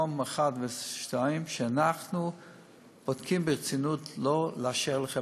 מקום אחד או שניים שאנחנו בודקים ברצינות שלא לאשר להם בכלל.